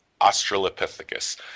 *Australopithecus*